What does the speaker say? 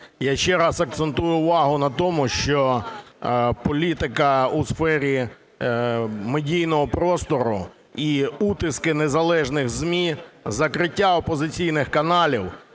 Я ще раз акцентую увагу на тому, що політика у сфері медійного простору і утиски незалежних ЗМІ, закриття опозиційних каналів,